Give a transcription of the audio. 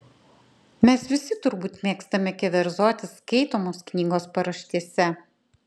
mes visi turbūt mėgstame keverzoti skaitomos knygos paraštėse